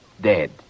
dead